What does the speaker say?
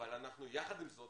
אבל אנחנו יחד עם זאת,